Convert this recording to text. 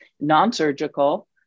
Non-surgical